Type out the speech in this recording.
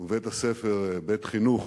ובית-הספר "בית-חינוך".